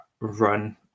run